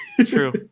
True